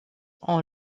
ont